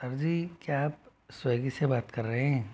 sir ji क्या आप Swiggy से बात कर रहे हैं